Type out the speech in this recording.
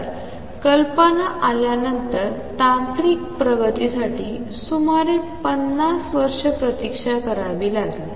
तर कल्पना आल्यानंतर तांत्रिक प्रगतीसाठी सुमारे 50 वर्षे प्रतीक्षा करावी लागली